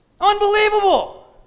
Unbelievable